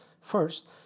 first